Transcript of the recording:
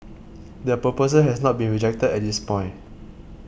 the proposal has not been rejected at this point